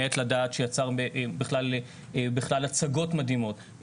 מעת לדעת, שיצר בכלל הצגות מדהימות.